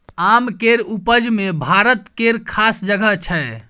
आम केर उपज मे भारत केर खास जगह छै